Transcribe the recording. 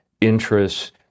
interests